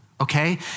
okay